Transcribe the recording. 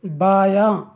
بایاں